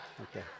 Okay